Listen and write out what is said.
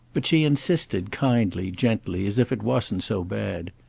but she insisted kindly, gently, as if it wasn't so bad.